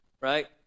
right